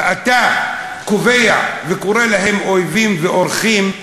ואתה קובע וקורא להם אויבים, ואורחים,